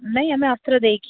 ନାହିଁ ଆମେ ଅସ୍ତ୍ର ଦେଇକି